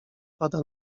pada